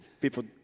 People